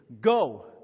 go